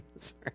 Sorry